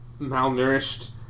malnourished